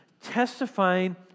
testifying